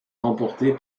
remportée